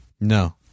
No